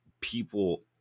people